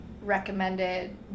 recommended